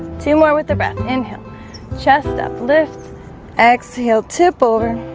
two more with the breath inhale chest up lift exhale tip over